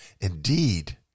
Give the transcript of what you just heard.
indeed